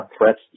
threats